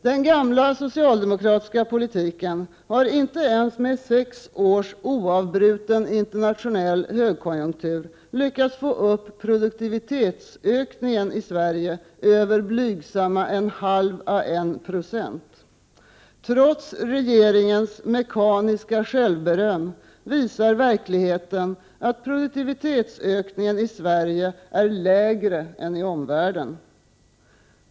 Den gamla socialdemokratiska politiken har inte ens med sex års oavbruten internationell högkonjunktur lyckats få upp produktivitetsökningen i Sverige över blygsamma 0,5-1 26. Trots regeringens mekaniska självberöm visar verkligheten att produktivitetsökningen i Sverige är lägre än i omvärlden.